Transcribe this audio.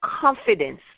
confidence